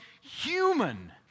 human